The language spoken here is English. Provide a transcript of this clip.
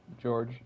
George